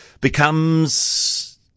becomes